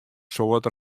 soad